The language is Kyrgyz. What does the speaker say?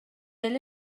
эле